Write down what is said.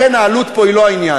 לכן העלות פה היא לא העניין.